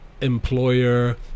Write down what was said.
employer